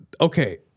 Okay